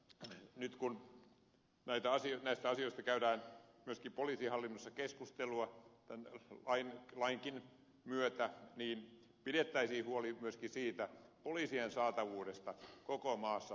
toivonkin että nyt kun näistä asioista käydään myöskin poliisihallinnossa keskustelua tämän lainkin myötä pidettäisiin huoli myöskin poliisien saatavuudesta koko maassa tasapuolisesti